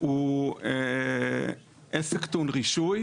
הוא עסק טעון רישוי.